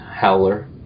Howler